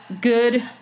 good